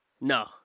No